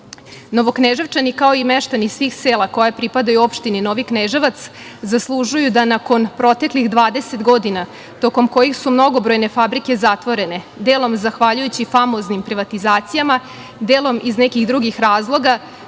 vremenu. Novokneževčani, kao i meštani svih sela koja pripadaju opštini Novi Kneževac, zaslužuju da nakon proteklih 20 godina, tokom kojih su mnogobrojne fabrike zatvorene, delom zahvaljujući famoznim privatizacijama, delom iz nekih drugih razloga,